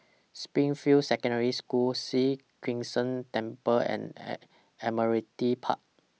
Springfield Secondary School Sri Krishnan Temple and At Admiralty Park